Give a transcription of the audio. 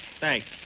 Thanks